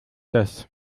das